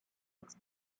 its